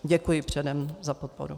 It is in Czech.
Děkuji předem za podporu.